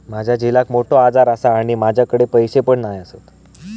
माझ्या झिलाक मोठो आजार आसा आणि माझ्याकडे पैसे पण नाय आसत